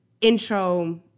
intro